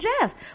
jazz